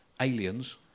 aliens